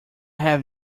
have